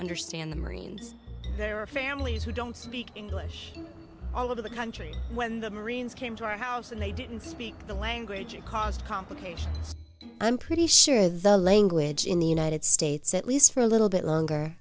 understand the marines their families who don't speak english all over the country when the marines came to our house and they didn't speak the language it caused complications i'm pretty sure the language in the united states at least for a little bit longer